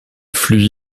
flux